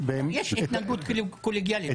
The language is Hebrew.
יש התנהגות קולגיאלית.